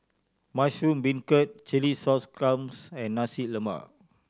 mushroom beancurd chilli sauce clams and Nasi Lemak